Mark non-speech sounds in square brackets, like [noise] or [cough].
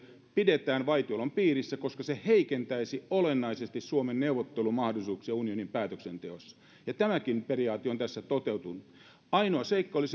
pidetään vaitiolon piirissä koska se heikentäisi olennaisesti suomen neuvottelumahdollisuuksia unionin päätöksenteossa ja tämäkin periaate on tässä toteutunut ainoa seikka oli [unintelligible]